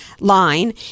Line